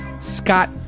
Scott